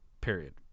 period